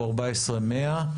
הוא 14,100,